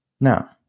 Now